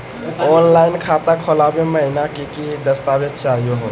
Online खाता खोलै महिना की की दस्तावेज चाहीयो हो?